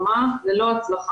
מה לגבי שתי השאלות